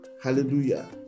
Hallelujah